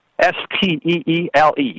S-T-E-E-L-E